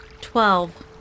Twelve